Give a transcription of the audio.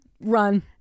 Run